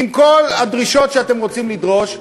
עם כל הדרישות שאתם רוצים לדרוש,